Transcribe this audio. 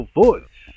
voice